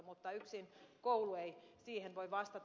mutta yksin koulu ei siihen voi vastata